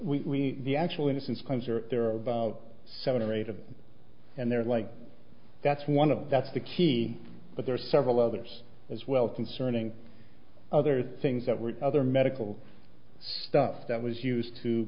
unclear we the actual innocence kinds or there are about seven or eight of and they're like that's one of the that's the key but there are several others as well concerning other things that were other medical stuff that was used to